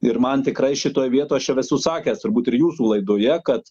ir man tikrai šitoj vietoj aš jau esu sakęs turbūt ir jūsų laidoje kad